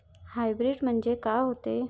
Hybrid म्हनजे का होते?